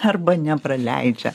arba nepraleidžia